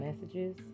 messages